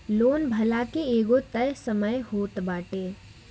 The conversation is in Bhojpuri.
लोन भरला के एगो तय समय होत बाटे